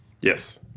yes